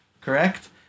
Correct